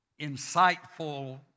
insightful